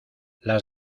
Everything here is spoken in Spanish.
las